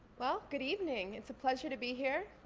well, good evening. it's a pleasure to be here.